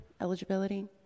eligibility